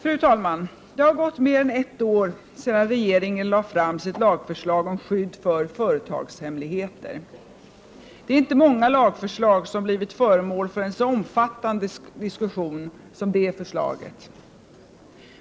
Fru talman! Det har gått mer än ett år sedan regeringen lade fram sitt lagförslag om skydd för företagshemligheter. Det är inte många lagförslag som blivit föremål för en så omfattande diskussion som detta.